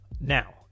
now